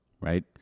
right